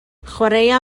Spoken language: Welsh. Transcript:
chwaraea